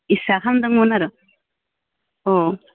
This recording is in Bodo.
इस्सा खामदुमोन आरो अ